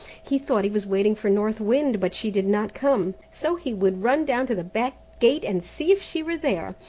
he thought he was waiting for north wind, but she did not come. so he would run down to the back gate, and see if she were there.